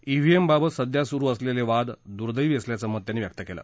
EVM बाबत सध्या सुरू असलेले वाद दुर्दैवी असल्याचं मत त्यांनी व्यक्त केलं